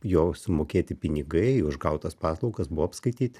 jau sumokėti pinigai už gautas paslaugas buvo apskaityti